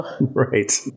Right